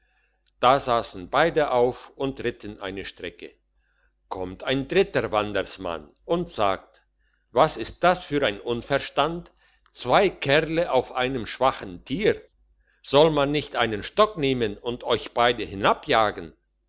da sassen beide auf und ritten eine strecke kommt ein dritter wandersmann und sagt was ist das für ein unverstand zwei kerle auf einem schwachen tier sollte man nicht einen stock nehmen und euch beide